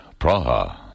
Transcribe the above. Praha